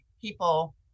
people